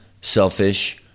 selfish